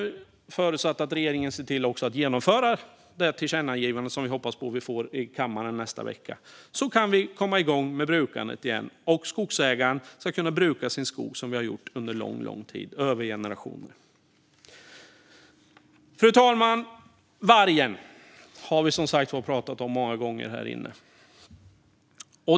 Förutsatt att regeringen ser till att genomföra tillkännagivandet som förhoppningsvis kommer från kammaren nästa vecka kan vi komma igång med brukandet igen. Skogsägare ska kunna bruka sin skog som vi har gjort i generationer under lång, lång tid. Fru talman! Vargen har vi som sagt var pratat om många gånger här i kammaren.